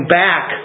back